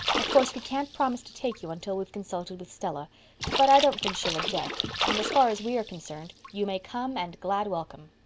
of course we can't promise to take you until we've consulted with stella but i don't think she'll object, and, as far as we are concerned, you may come and glad welcome.